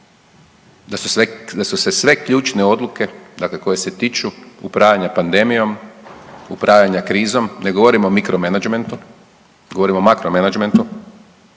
da su se sve ključne odluke, dakle koje se tiču upravljanja pandemijom, upravljanja krizom, ne govorimo o mikro menadžmentu, govorimo o makro menadžmentu,